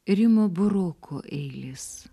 rimo buroko eilės